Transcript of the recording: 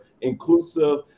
inclusive